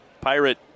Pirate